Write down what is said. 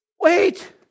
wait